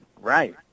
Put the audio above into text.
Right